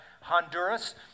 Honduras